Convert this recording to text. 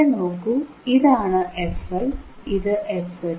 ഇവിടെ നോക്കൂ ഇതാണ് fL ഇത് fH